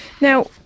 Now